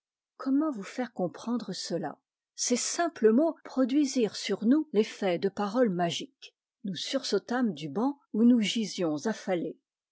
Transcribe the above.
comment vous faire comprendre cela ces simples mots produisirent sur nous l'effet de paroles magiques nous sursautâmes du banc où nous gisions affalés